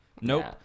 Nope